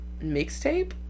mixtape